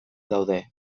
daude